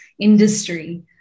industry